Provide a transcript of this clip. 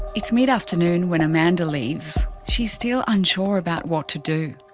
it's mid afternoon when amanda leaves, she's still unsure about what to do.